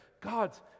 God's